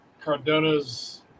Cardona's